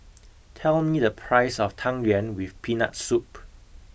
tell me the price of Tang Yuen with Peanut Soup